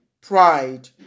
pride